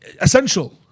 essential